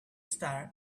star